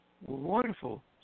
Wonderful